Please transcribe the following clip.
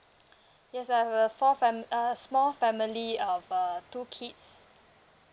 yes I have a four fam~ uh small family of uh two kids